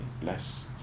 bless